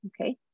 Okay